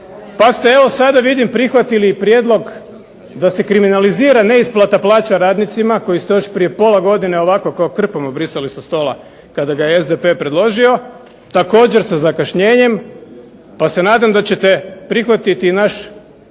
Pa ste evo sada vidim prihvatili i prijedlog da se kriminalizira neisplata plaće radnicima, koji ste još prije pola godine ovako kao krpom obrisali sa stola kada ga je SDP predložio, također sa zakašnjenjem, pa se nadam da ćete prihvatiti i naš